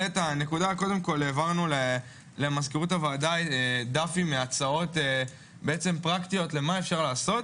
העברנו למזכירות הוועדה דף עם הצעות פרקטיות למה אפשר לעשות.